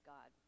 God